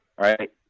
right